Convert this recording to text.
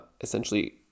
essentially